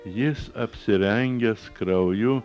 jis apsirengęs krauju